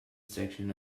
section